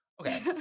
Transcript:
Okay